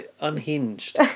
Unhinged